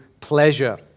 pleasure